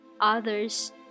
others